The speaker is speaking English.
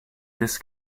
this